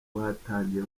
rwatangiye